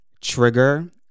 trigger